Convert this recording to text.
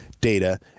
data